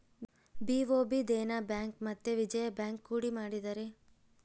BOB Dena bank ಮತ್ತೆ Vijaya bank ಕೂಡಿ ಮಾಡಿದರೆ